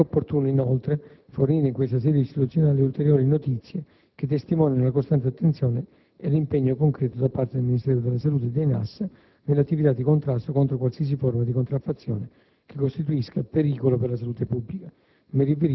Ritengo opportuno, inoltre, fornire in questa sede istituzionale ulteriori notizie che testimoniano la costante attenzione e l'impegno concreto da parte del Ministero della salute e dei NAS nell'attività di contrasto contro qualsiasi forma di contraffazione che costituisca pericolo per la salute pubblica;